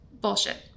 Bullshit